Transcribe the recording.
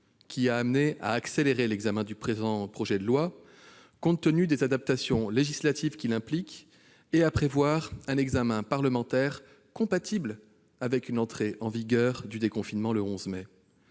qui a amené à accélérer l'examen de ce projet de loi, compte tenu des adaptations législatives qu'il implique, et à prévoir un examen parlementaire compatible avec une entrée en vigueur du déconfinement le 11 mai